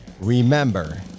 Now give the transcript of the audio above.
Remember